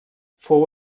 fou